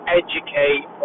educate